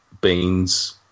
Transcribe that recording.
beans